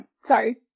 Sorry